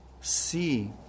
see